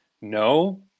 No